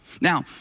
Now